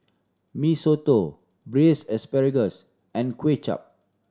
Mee Soto Braised Asparagus and Kway Chap